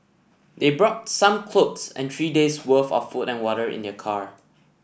they brought some clothes and three day's worth of food and water in their car